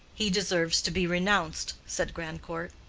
he deserves to be renounced, said grandcourt.